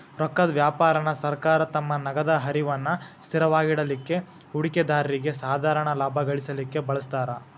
ರೊಕ್ಕದ್ ವ್ಯಾಪಾರಾನ ಸರ್ಕಾರ ತಮ್ಮ ನಗದ ಹರಿವನ್ನ ಸ್ಥಿರವಾಗಿಡಲಿಕ್ಕೆ, ಹೂಡಿಕೆದಾರ್ರಿಗೆ ಸಾಧಾರಣ ಲಾಭಾ ಗಳಿಸಲಿಕ್ಕೆ ಬಳಸ್ತಾರ್